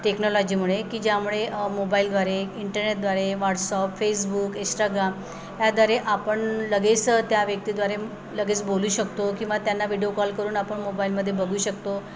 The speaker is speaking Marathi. टेक्नॉलॉजीमुळे की ज्यामुळे मोबाईलद्वारे इंटरनेद्वारे वाट्सअप फेसबुक इस्टाग्राम याद्वारे आपण लगेच त्या व्यक्तीद्वारे लगेच बोलू शकतो किंवा त्यांना व्हिडीओ कॉल करून आपण मोबाईलमध्ये बघू शकतो